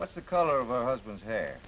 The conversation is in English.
what's the color of our husbands h